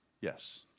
yes